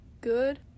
good